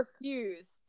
refused